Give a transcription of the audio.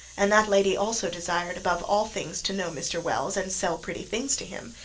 and that lady also desired above all things to know mr. wells and sell pretty things to him,